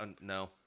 No